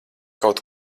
kaut